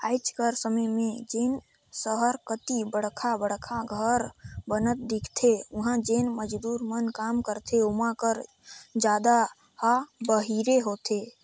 आएज कर समे में जेन सहर कती बड़खा बड़खा घर बनत दिखथें उहां जेन मजदूर मन काम करथे ओमा कर जादा ह बाहिरी होथे